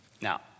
Now